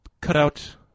cutout